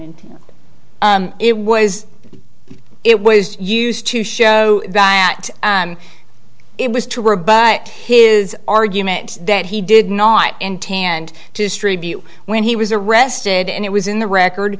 and it was it was used to show that it was to rebut his argument that he did not intend to distribute when he was arrested and it was in the record